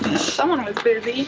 someone was busy.